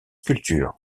sculpture